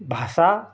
ଭାଷା